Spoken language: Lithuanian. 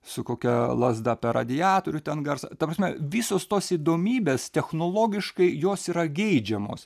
su kokia lazda per radiatorių ten garsą ta prasme visos tos įdomybės technologiškai jos yra geidžiamos